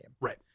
Right